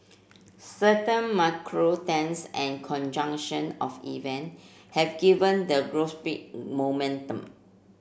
certain macro trends and conjunction of event have given the gossip momentum